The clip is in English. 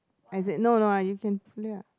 as in no no you can pull it up